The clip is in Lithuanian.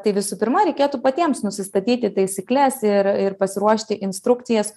tai visų pirma reikėtų patiems nusistatyti taisykles ir ir pasiruošti instrukcijas